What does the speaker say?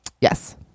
yes